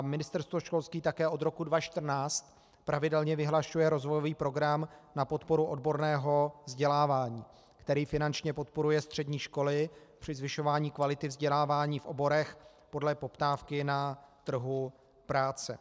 A Ministerstvo školství také od roku 2014 pravidelně vyhlašuje rozvojový program na podporu odborného vzdělávání, který finančně podporuje střední školy při zvyšování kvality vzdělávání v oborech podle poptávky na trhu práce.